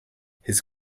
his